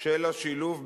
של השילוב ביניהן,